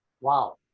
wow